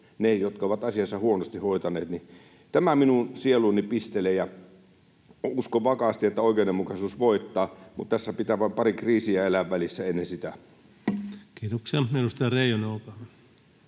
ne, jotka ovat asiansa huonosti hoitaneet. Tämä minun sieluuni pistelee, ja uskon vakaasti, että oikeudenmukaisuus voittaa, mutta tässä pitää vain pari kriisiä elää välissä ennen sitä. [Speech 253] Speaker: